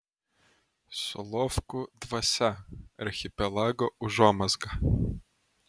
solovkų dvasia archipelago užuomazga